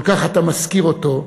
כל כך אתה מזכיר אותו,